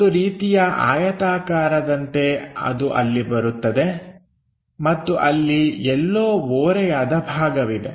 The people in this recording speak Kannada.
ಒಂದು ರೀತಿಯ ಆಯತಾಕಾರದಂತೆ ಅದು ಅಲ್ಲಿ ಬರುತ್ತದೆ ಮತ್ತು ಅಲ್ಲಿ ಎಲ್ಲೋ ಓರೆಯಾದ ಭಾಗವಿದೆ